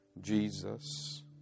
Jesus